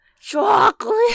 Chocolate